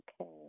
okay